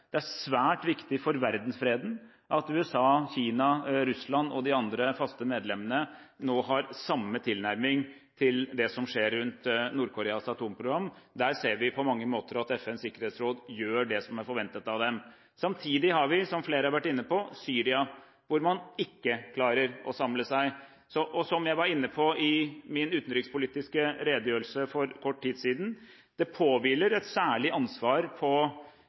Det er svært viktig for verdensfreden at USA, Kina, Russland og de andre faste medlemmene nå har samme tilnærming til det som skjer rundt Nord-Koreas atomprogram. Der ser vi på mange måter at FNs sikkerhetsråd gjør det som er forventet av dem. Samtidig har vi – som flere har vært inne på – Syria, hvor man ikke klarer å samle seg. Som jeg var inne på i min utenrikspolitiske redegjørelse for kort tid siden, påhviler det de fem faste medlemmene av Sikkerhetsrådet et særlig ansvar